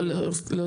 קודם, בבקשה.